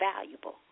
valuable